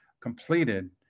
completed